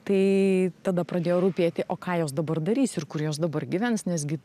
tai tada pradėjo rūpėti o ką jos dabar darys ir kur jos dabar gyvens nes gi